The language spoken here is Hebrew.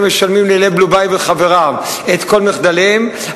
משלמים ללב לבייב וחבריו את כל מחדליהם,